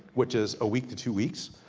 which is a week to two weeks.